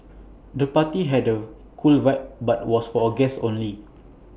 the party had A cool vibe but was for guests only